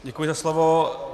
Děkuji za slovo.